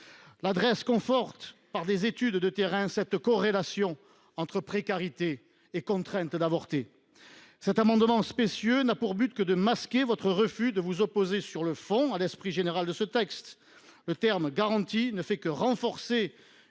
(Drees) conforte, par des études de terrain, la corrélation entre précarité et contrainte d’avorter. Cet amendement spécieux n’a pour but que de masquer votre refus de vous opposer sur le fond à l’esprit général de ce texte. Le terme « garantie » ne fait que renforcer